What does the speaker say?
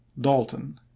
Dalton